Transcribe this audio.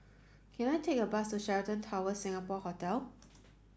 can I take a bus to Sheraton Towers Singapore Hotel